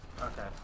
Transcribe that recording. Okay